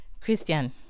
Christian